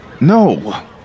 No